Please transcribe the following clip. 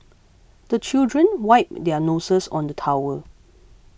the children wipe their noses on the towel